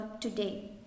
today